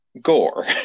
gore